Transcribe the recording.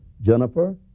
Jennifer